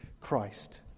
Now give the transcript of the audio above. Christ